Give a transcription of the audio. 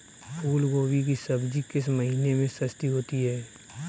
फूल गोभी की सब्जी किस महीने में सस्ती होती है?